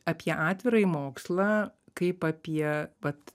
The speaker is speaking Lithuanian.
apie atvirąjį mokslą kaip apie vat